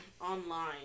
Online